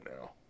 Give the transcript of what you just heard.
now